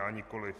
Já nikoliv.